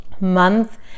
month